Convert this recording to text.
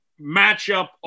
matchup